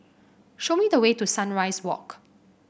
show me the way to Sunrise Walk